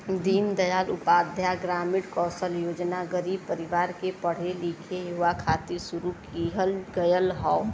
दीन दयाल उपाध्याय ग्रामीण कौशल योजना गरीब परिवार के पढ़े लिखे युवा खातिर शुरू किहल गयल हौ